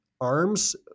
arms